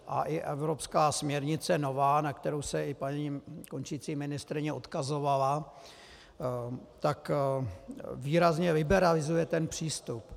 A i evropská směrnice nová, na kterou se paní končící ministryně odkazovala, výrazně liberalizuje ten přístup.